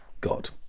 god